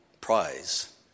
prize